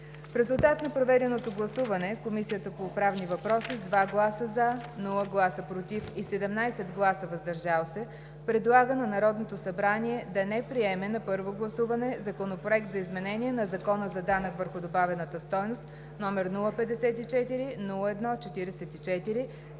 В резултат на проведеното обсъждане Комисията по правни въпроси с 2 гласа „за“, без „против“ и 17 гласа „въздържал се“ предлага на Народното събрание да не приеме на първо гласуване Законопроект за изменение на Закона за данък върху добавената стойност, № 054-01-44,